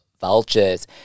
vultures